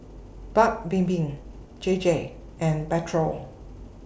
Paik's Bibim J J and Pedro